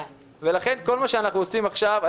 לכן כל מה שאנחנו עושים עכשיו,